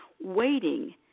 waiting